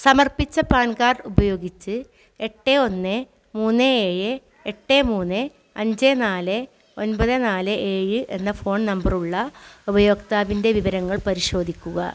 സമർപ്പിച്ച PAN card ഉപയോഗിച്ച് എട്ട് ഒന്ന് മൂന്ന് ഏഴ് എട്ട് മൂന്ന് അഞ്ച് നാല് ഒന്പത് നാല് ഏഴ് എന്ന ഫോൺ നമ്പർ ഉള്ള ഉപയോക്താവിന്റെ വിവരങ്ങൾ പരിശോധിക്കുക